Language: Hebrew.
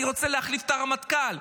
אני רוצה להחליף את הרמטכ"ל,